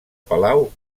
palau